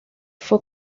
fue